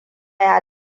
ya